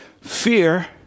fear